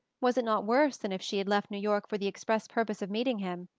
was it not worse than if she had left new york for the express purpose of meeting him?